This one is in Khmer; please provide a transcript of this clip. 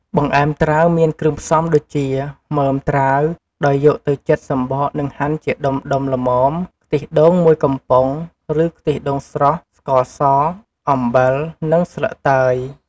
បង្អែមត្រាវមាន គ្រឿងផ្សំដូចជា មើមត្រាវ ដោយយកទៅចិតសំបកនិងហាន់ជាដុំៗល្មម ខ្ទិះដូង ១ កំប៉ុង ឬខ្ទិះដូងស្រស់ ស្ករស អំបិល និងស្លឹកតើយ។